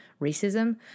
racism